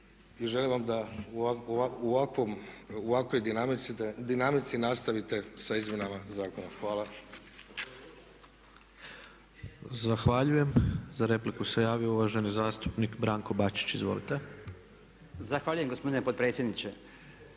i želim vam da u ovakvoj dinamici nastavite sa izmjenama zakona. Hvala. **Tepeš, Ivan (HSP AS)** Zahvaljujem. Za repliku se javio uvaženi zastupnik Branko Bačić, izvolite. **Bačić, Branko (HDZ)** Zahvaljujem gospodine potpredsjedniče.